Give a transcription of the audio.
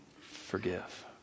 forgive